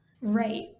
right